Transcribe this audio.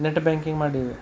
net banking ಮಾಡೀವಿ